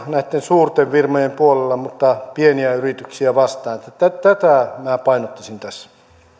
näitten suurten firmojen puolella mutta pieniä yrityksiä vastaan tätä minä painottaisin tässä arvoisa